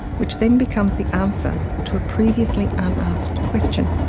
which then becomes the answer to a previously unasked question.